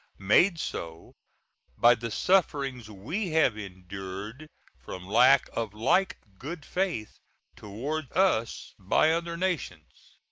made so by the sufferings we have endured from lack of like good faith toward us by other nations.